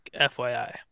FYI